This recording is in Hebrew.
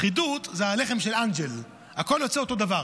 אחידות, זה הלחם של אנג'ל, הכול יוצא אותו דבר.